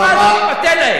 אל תתפתה להם.